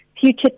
future